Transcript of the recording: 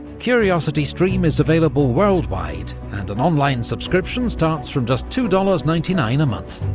curiositystream is available worldwide, and an online subscription starts from just two-dollars-ninety nine a month.